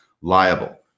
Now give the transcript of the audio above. liable